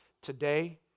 today